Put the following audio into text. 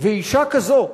ואשה כזאת,